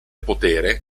potere